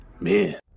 men